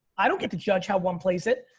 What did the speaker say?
i don't get to judge how one plays it.